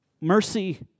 mercy